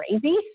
crazy